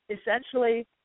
essentially